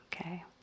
Okay